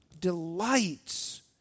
delights